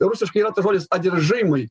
rusiškai yra tas žodis adiržymai